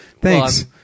Thanks